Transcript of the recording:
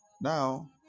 Now